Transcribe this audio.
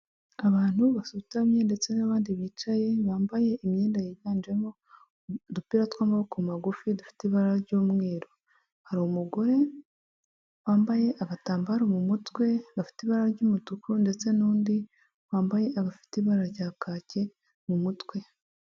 Abantu basutamye ndetse n'abandi bicaye, bambaye imyenda yiganjemo udupira tw'amaboko magufi dufite ibara ry'umweru, hari umugore wambaye agatambaro mu mutwe gafite ibara ry'umutuku ndetse n'undi wambaye agafite ibara rya kaki mu mutwe.